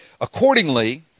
Accordingly